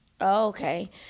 Okay